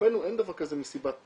אין דבר כזה מסיבת טבע.